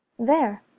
there,